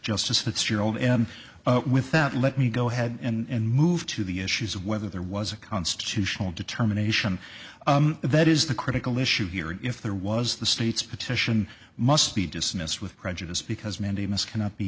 justice fitzgerald and with that let me go ahead and move to the issues of whether there was a constitutional determination that is the critical issue here if there was the state's petition must be dismissed with prejudice because mandamus cannot be